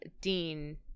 Dean